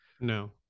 No